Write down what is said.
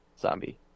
zombie